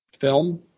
film